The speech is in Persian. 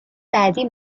بعدی